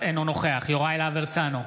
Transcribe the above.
אינו נוכח יוראי להב הרצנו,